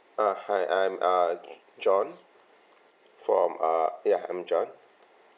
uh hi I'm uh j~ john from uh ya I'm john